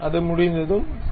அது முடிந்ததும் சரி